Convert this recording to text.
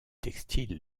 textile